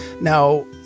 Now